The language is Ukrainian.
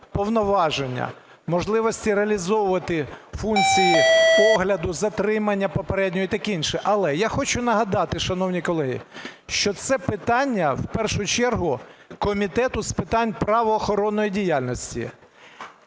повноваження, можливості реалізовувати функції огляду, затримання попереднього і таке інше. Але я хочу нагадати, шановні колеги, що це питання в першу чергу Комітету з питань правоохоронної діяльності.